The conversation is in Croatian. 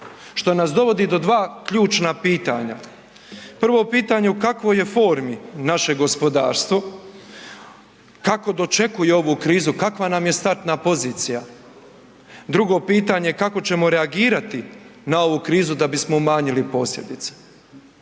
što nas dovodi do dva ključna pitanja. Prvo pitanje, u kakvoj je formi naše gospodarstvo, kako dočekuje ovu krizu, kava nam je startna pozicija? Drugo pitanje, kako ćemo reagirati na ovu krizu da bismo u manjili posljedice?